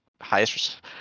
highest